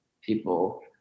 people